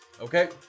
Okay